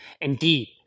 Indeed